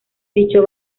dicho